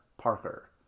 Parker